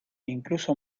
incluso